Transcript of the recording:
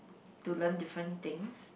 to learn different things